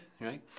right